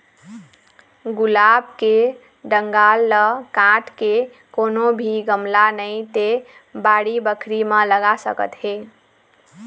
गुलाब के डंगाल ल काट के कोनो भी गमला नइ ते बाड़ी बखरी म लगा सकत हे